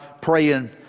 praying